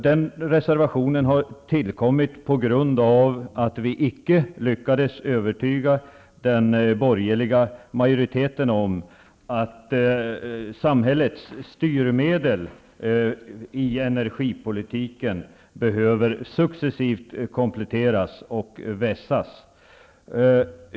Den reservationen har tillkommit på grund av att vi icke lyckades övertyga den borgerliga majoriteten om att samhällets styrmedel i energipolitiken behöver successivt kompletteras och vässas.